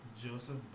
Joseph